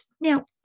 Now